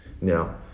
Now